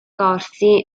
corsi